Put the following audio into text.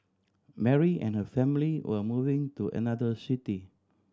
Mary and her family were moving to another city